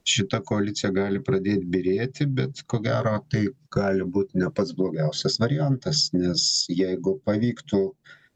šita koalicija gali pradėt byrėti bet ko gero tai gali būt ne pats blogiausias variantas nes jeigu pavyktų